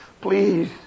Please